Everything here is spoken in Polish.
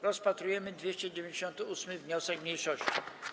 Rozpatrujemy 298. wniosek mniejszości.